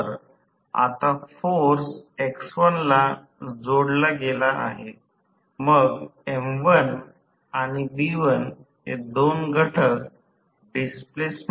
तर आता आकृती 13 पासून I2 लिहा नंतर r थेव्हनिन x2 द्वारा S j x Thevenin x 2लिहिता येईल आणि जर ते केले असेल तर परिमाण आणि विद्युत प्रवाह आणि I2 2 b Thevenin मिळेल